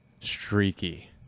streaky